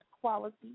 quality